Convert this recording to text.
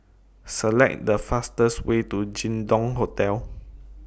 Select The fastest Way to Jin Dong Hotel